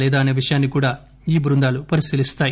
లేదా అనే విషయాన్ని కూడా ఈ బృందాలు పరిశీలిస్తాయి